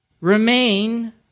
remain